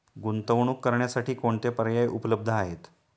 गुंतवणूक करण्यासाठी कोणते पर्याय उपलब्ध आहेत?